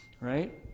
right